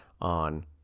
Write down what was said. on